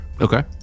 Okay